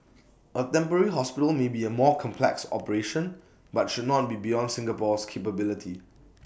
A temporary hospital may be A more complex operation but should not be beyond Singapore's capability